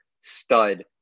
stud